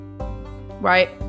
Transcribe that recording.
right